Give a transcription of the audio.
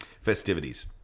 festivities